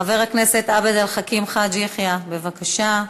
חבר הכנסת עבד אל חכים חאג' יחיא, בבקשה.